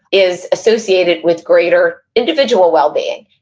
is associated with greater individual wellbeing.